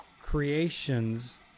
Creations